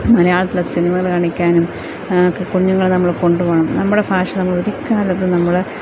മലയാളത്തിലെ സിനിമകൾ കാണിക്കാനും കുഞ്ഞുങ്ങളെ നമ്മൾ കൊണ്ടുപോകണം നമ്മുടെ ഭാഷ നമ്മളൊരു കാലത്തും നമ്മള്